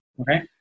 Okay